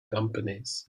companies